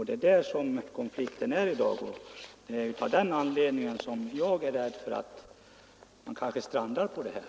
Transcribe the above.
Det är där konflikten ligger, och jag är rädd för att förhandlingarna kanske strandar.